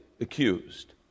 accused